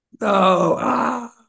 No